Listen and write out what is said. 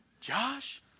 Josh